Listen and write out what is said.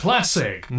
Classic